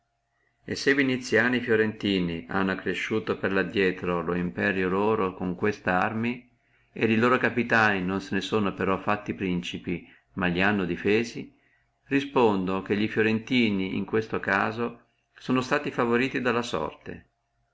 e se viniziani e fiorentini hanno per lo adrieto cresciuto lo imperio loro con queste arme e le loro capitani non se ne sono però fatti principi ma li hanno difesi respondo che fiorentini in questo caso sono suti favoriti dalla sorte